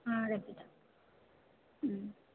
ஆ கட்டிட்டாள் ம்